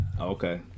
Okay